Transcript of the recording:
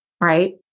right